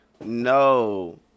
No